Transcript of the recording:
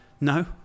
no